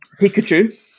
Pikachu